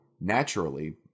naturally